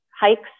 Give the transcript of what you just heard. hikes